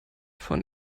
von